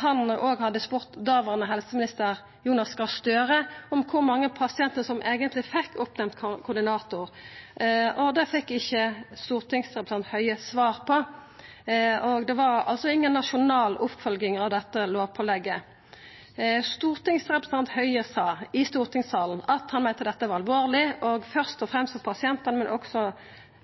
han òg hadde spurt dåverande helseminister Jonas Gahr Støre om kor mange pasientar som eigentleg fekk oppnemnt koordinator, og det fekk ikkje stortingsrepresentant Høie svar på. Det var altså inga nasjonal oppfølging av dette lovpålegget. Stortingsrepresentant Høie sa i stortingssalen at han meinte dette var alvorleg, først og fremst for pasientane, men også